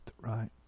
right